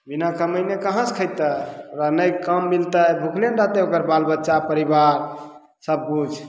बिना कमयने कहाँसँ खयतय अगर नहि काम मिलतय भुखले ने रहतय ओकर बाल बच्चा परिवार सबकिछु